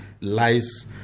lies